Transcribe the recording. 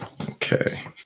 Okay